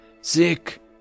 Sick